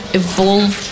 evolve